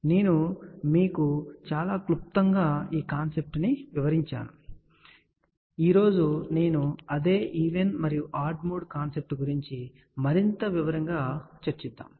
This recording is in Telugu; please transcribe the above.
కాబట్టి నేను మీకు చాలా క్లుప్తంగా ఈ కాన్సెప్ట్ను వివరించాను కాని ఈ రోజు నేను అదే ఈవెన్ మరియు ఆడ్ మోడ్ కాన్సెప్ట్ గురించి మరింత వివరంగా మాట్లాడబోతున్నాను